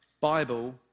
Bible